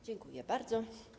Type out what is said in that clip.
Dziękuję bardzo.